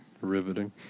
Riveting